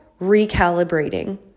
recalibrating